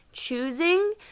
Choosing